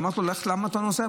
אמרתי לו: למה מכאן אתה נוסע?